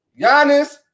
Giannis